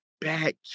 bad